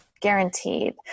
guaranteed